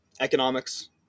economics